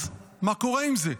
אז מה קורה עם זה?